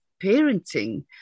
parenting